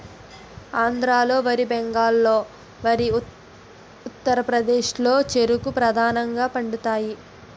ఆంధ్రాలో వరి బెంగాల్లో వరి ఉత్తరప్రదేశ్లో చెరుకు ప్రధానంగా పండుతాయి